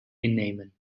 innemen